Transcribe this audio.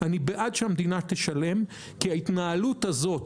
אני בעד שהמדינה תשלם כי ההתנהלות הזאת